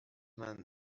man